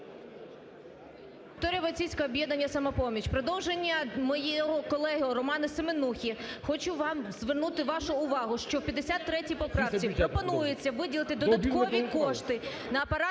Войціцька, "Об'єднання "Самопоміч". В продовження мого колеги Романа Семенухи хочу звернути вашу увагу, що в 53 поправці пропонується виділити додаткові кошти на Апарат